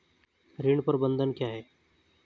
ऋण प्रबंधन क्या है?